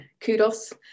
kudos